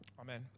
amen